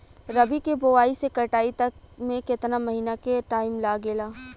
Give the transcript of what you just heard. रबी के बोआइ से कटाई तक मे केतना महिना के टाइम लागेला?